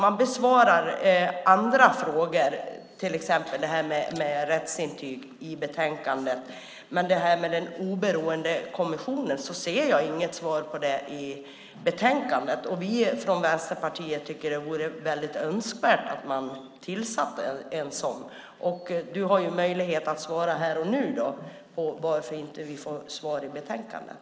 Man besvarar andra frågor i betänkandet, till exempel om rättsintyg, men jag ser inget svar på frågan om den oberoende kommissionen. Vi från Vänsterpartiet tycker att det är väldigt önskvärt att man tillsätter en sådan. Du har möjlighet att svara här och nu på varför vi inte får svar i betänkandet.